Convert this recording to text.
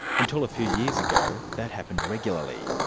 until a few years ago, that happened regularly.